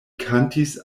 kantis